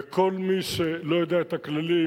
וכל מי שלא יודע את הכללים,